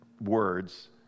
words